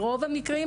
ברוב המקרים,